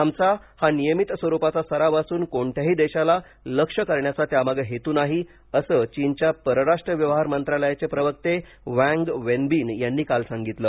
आमचा हा नियमित स्वरूपाचा सराव असून कोणत्याही देशाला लक्ष्य करण्याचा त्यामागे हेतू नाही असं चीनच्या परराष्ट्र व्यवहार मंत्रालयाचे प्रवक्ते वैंग वेनबिन यांनी काल सांगितलं